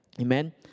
Amen